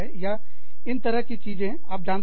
या इन तरह की चीजें आप जानते हैं